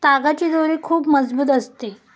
तागाची दोरी खूप मजबूत असते